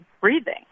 breathing